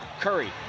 Curry